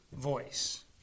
voice